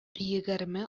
егерме